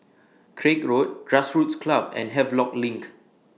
Craig Road Grassroots Club and Havelock LINK